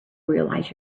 realize